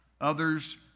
Others